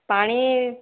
ପାଣି